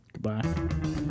Goodbye